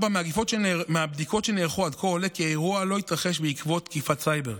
4. מהבדיקות שנערכו עד כה עולה כי האירוע לא התרחש בעקבות תקיפת סייבר,